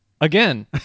Again